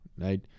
right